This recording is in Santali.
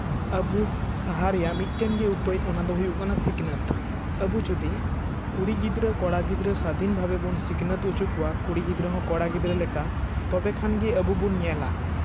ᱟᱵᱚ ᱥᱟᱦᱟ ᱨᱮᱭᱟᱜ ᱢᱤᱫᱴᱮᱱ ᱜᱮ ᱩᱯᱟᱹᱭ ᱚᱱᱟ ᱫᱚ ᱦᱩᱭᱩᱜ ᱠᱟᱱᱟ ᱥᱤᱠᱷᱱᱟᱹᱛ ᱟᱵᱚ ᱡᱩᱫᱤ ᱠᱩᱲᱤ ᱜᱤᱫᱽᱨᱟᱹ ᱠᱚᱲᱟ ᱜᱤᱫᱽᱨᱟᱹ ᱥᱟᱫᱷᱤᱱ ᱵᱷᱟᱵᱮ ᱵᱚᱱ ᱥᱤᱠᱷᱱᱟᱹᱛ ᱦᱚᱪᱚ ᱠᱚᱣᱟ ᱠᱩᱲᱤ ᱜᱤᱫᱽᱨᱟᱹ ᱦᱚᱸ ᱠᱚᱲᱟ ᱜᱤᱫᱽᱨᱟᱹ ᱞᱮᱠᱟ ᱛᱚᱵᱮ ᱠᱷᱟᱱᱜᱮ ᱟᱵᱚ ᱵᱚᱱ ᱧᱮᱞᱟ